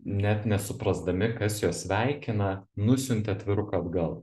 net nesuprasdami kas juos sveikina nusiuntė atviruką atgal